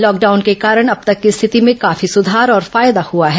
lockdown के कारण अब तक स्थिति में काफी सुधार और फायदा हुआ है